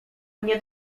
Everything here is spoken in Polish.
mnie